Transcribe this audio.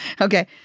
Okay